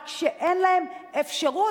רק שאין להם אפשרות,